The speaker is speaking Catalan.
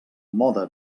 mode